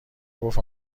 گفت